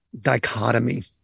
dichotomy